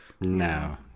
no